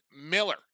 Miller